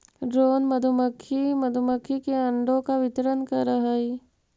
drone मधुमक्खी मधुमक्खी के अंडों का वितरण करअ हई